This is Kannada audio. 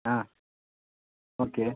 ಹಾಂ ಓಕೆ